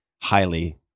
highly